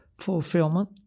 fulfillment